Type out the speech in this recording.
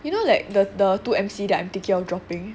you know like the the two M_C that I'm thinking of dropping